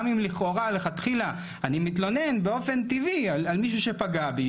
גם אם לכאורה מלכתחילה אני מתלונן באופן טבעי על מישהו שפגע בי,